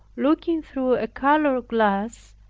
looking through a colored glass,